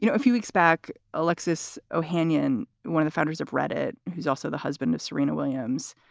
you know a few weeks back, alexis ohanian, one of the founders of reddit, he's also the husband of serena williams.